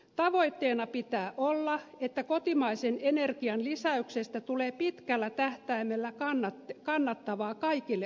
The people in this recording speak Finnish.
tavoitteena pitää olla että kotimaisen energian lisäyksestä tulee pitkällä tähtäimellä kannattavaa kaikille osapuolille